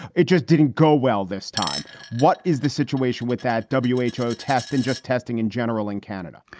it just didn't go well this time. what is the situation with that w h o. test and just testing in general in canada?